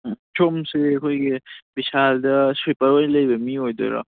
ꯁꯣꯝꯁꯤ ꯑꯩꯈꯣꯏꯒꯤ ꯕꯤꯁꯥꯜꯗ ꯁ꯭ꯋꯤꯄꯔ ꯑꯣꯏꯅ ꯂꯩꯕ ꯃꯤ ꯑꯣꯏꯗꯣꯏꯔꯣ